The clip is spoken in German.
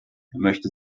möchte